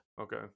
Okay